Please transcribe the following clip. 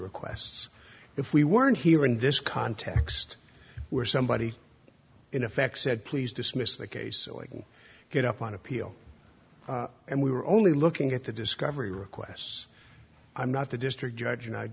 requests if we weren't here in this context where somebody in effect said please dismiss the case or get up on appeal and we were only looking at the discovery requests i'm not the district judge and i